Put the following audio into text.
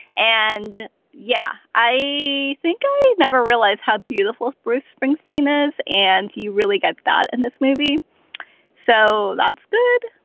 and yeah i think i never realized how beautiful bruce springsteen is. and you really get that in this movie so that's good